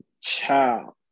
Child